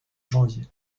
janvier